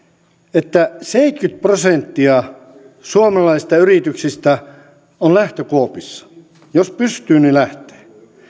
että seitsemänkymmentä prosenttia suomalaisista yrityksistä on lähtökuopissa jos pystyy niin lähtee